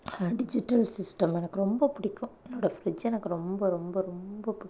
digital system எனக்கு ரொம்ப பிடிக்கும் என்னோட பிரிட்ஜ் எனக்கு ரொம்ப ரொம்ப ரொம்ப பிடிக்கும்